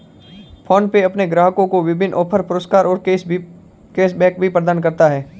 PhonePe अपने ग्राहकों को विभिन्न ऑफ़र, पुरस्कार और कैश बैक प्रदान करता है